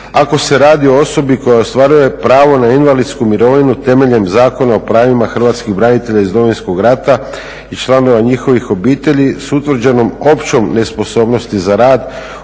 ako se radi o osobi koja je ostvaruje pravo na invalidsku mirovinu temeljem Zakona o pravima hrvatskih branitelja iz Domovinskog rata i članova njihovih obitelji s utvrđenom općom nesposobnosti za rad,